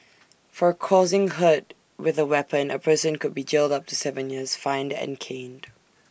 for causing hurt with A weapon A person could be jailed up to Seven years fined and caned